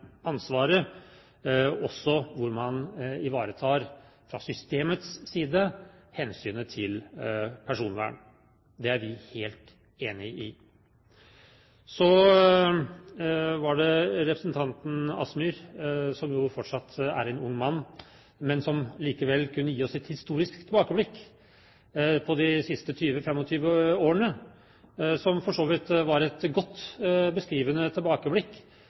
ansvaret – også fra systemets side må man ivareta hensynet til personvern. Det er vi helt enige i. Så til representanten Kielland Asmyhr, som jo fortsatt er en ung mann, men som likevel kunne gi oss et historisk tilbakeblikk på de siste 20–25 årene – for så vidt et godt beskrivende tilbakeblikk